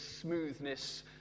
smoothness